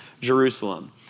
Jerusalem